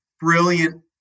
brilliant